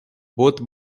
both